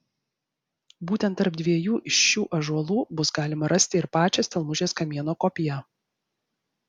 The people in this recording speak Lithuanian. būtent tarp dviejų iš šių ąžuolų bus galima rasti ir pačią stelmužės kamieno kopiją